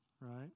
right